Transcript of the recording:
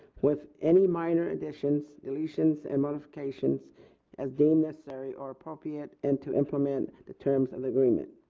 with any minor additions, deletions, and modifications as deemed necessary or appropriate and to implement the terms of the agreement.